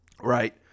Right